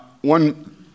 one